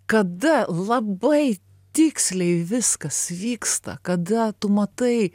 kada labai tiksliai viskas vyksta kada tu matai